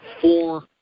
Four